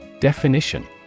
Definition